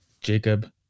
Jacob